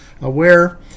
aware